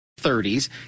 30s